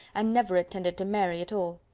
and never attended to mary at all.